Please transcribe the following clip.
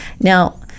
Now